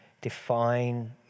define